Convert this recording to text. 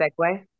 segue